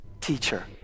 teacher